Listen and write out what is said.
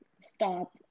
stop